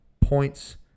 points